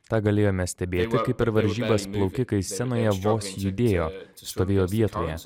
tą galėjome stebėti kaip per varžybas plaukikai senoje vos judėjo stovėjo vietoje